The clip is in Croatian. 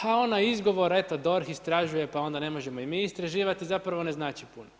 A onaj izgovor, eto DORH istražuje pa onda ne možemo i mi istraživati, zapravo ne znači puno.